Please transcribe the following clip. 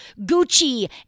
Gucci